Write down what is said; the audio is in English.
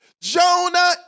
Jonah